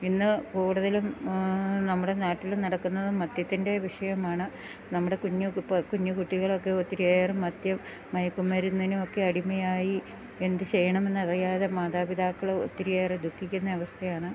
ഇന്ന് കൂടുതലും നമ്മുടെ നാട്ടിൽ നടക്കുന്നതും മദ്യത്തിൻ്റെ വിഷയമാണ് നമ്മുടെ കുഞ്ഞു ഇപ്പോൾ കുഞ്ഞു കുട്ടികളൊക്ക ഒത്തിരിയേറെ മദ്യം മയക്കുമരുന്നിനു ഒക്കെ അടിമയായി എന്ത് ചെയ്യണം എന്നറിയാതെ മാതാപിതാക്കൾ ഒത്തിരിയേറെ ദുഖിക്കുന്ന അവസ്ഥയാണ്